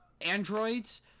androids